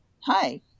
Hi